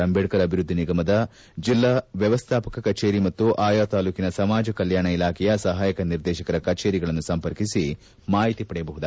ಅಂಬೇಡ್ಕರ್ ಅಭಿವೃದ್ಧಿ ನಿಗಮದ ಜಿಲ್ಲಾ ವ್ಯವಸ್ಥಾಪಕರ ಕಭೇರಿ ಮತ್ತು ಅಯಾ ತಾಲ್ಲೂಕಿನ ಸಮಾಜ ಕಲ್ಕಾಣ ಇಲಾಖೆಯ ಸಹಾಯಕ ನಿರ್ದೇಶಕರ ಕಛೇರಿಗಳನ್ನು ಸಂಪರ್ಕಿಸಿ ಮಾಹಿತಿ ಪಡೆಯಬಹುದು